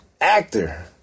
actor